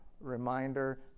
reminder